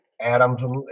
Adams